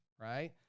Right